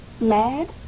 Mad